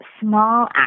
small